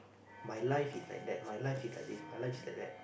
my life is like that my life is like this my life is like that